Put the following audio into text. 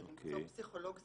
זה למצוא פסיכולוג זמין.